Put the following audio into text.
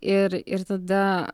ir ir tada